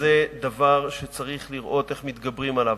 זה דבר שצריך לראות איך מתגברים עליו.